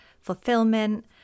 fulfillment